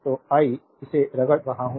तो आई इसे रगड़ रहा हूं